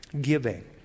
Giving